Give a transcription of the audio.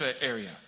area